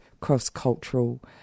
cross-cultural